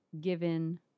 given